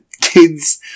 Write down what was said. kids